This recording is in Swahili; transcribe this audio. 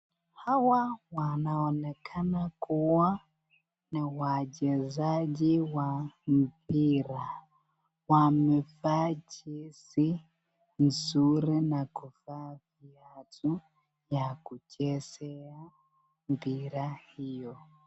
Hawa wanaonekana kuwa ni wachezaji wa mpira wamevaa jezi mzuri na kuvaa viatu ya kuchezea mpira hiyo.